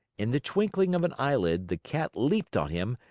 in the twinkling of an eyelid, the cat leaped on him,